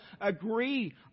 agree